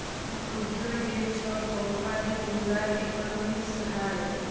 ক্ষুদ্র যে ছব কম্পালি গুলার ইকলমিক্স হ্যয়